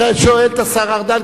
לכן אני שואל את השר ארדן,